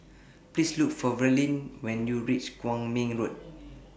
Please Look For Verlie when YOU REACH Kwong Min Road